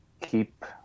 keep